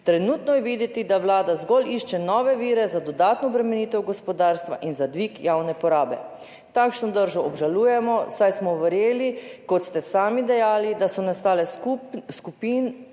Trenutno je videti, da Vlada zgolj išče nove vire za dodatno obremenitev gospodarstva in za dvig javne porabe. Takšno držo obžalujemo, saj smo verjeli, kot ste sami dejali, da so nastale skupine